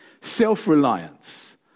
Self-reliance